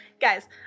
guys